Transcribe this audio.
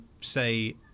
say